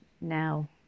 Now